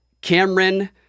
Cameron